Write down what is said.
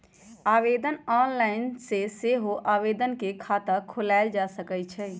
online माध्यम से सेहो आवेदन कऽ के खता खोलायल जा सकइ छइ